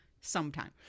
sometime